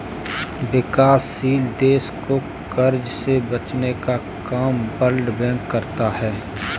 विकासशील देश को कर्ज से बचने का काम वर्ल्ड बैंक करता है